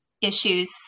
issues